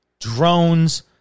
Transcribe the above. drones